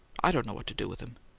i don't know what to do with him!